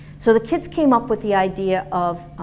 so the kids came up with the idea of